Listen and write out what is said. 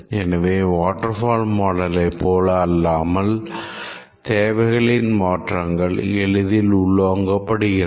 எனவே வாட்டர்ஃபால் மாடலை போல் அல்லாமல் தேவைகளின் மாற்றங்கள் எளிதில் உள்வாங்கப்படுகிறது